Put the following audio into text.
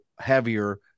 heavier